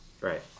Right